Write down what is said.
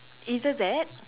either that